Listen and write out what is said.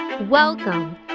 Welcome